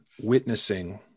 witnessing